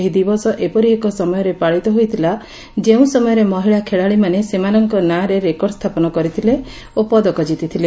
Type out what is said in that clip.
ଏହି ଦିବସ ଏପରି ଏକ ସମୟରେ ପାଳିତ ହୋଇଥିଲା ଯେଉଁ ସମୟରେ ମହିଳା ଖେଳାଳିମାନେ ସେମାନଙ୍କ ନାଁରେ ରେକର୍ଡ଼ ସ୍ଚାପନ କରିଥିଲେ ଓ ପଦକ ଜିତିଥିଲେ